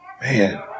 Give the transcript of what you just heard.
Man